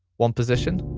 one position.